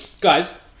Guys